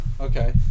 Okay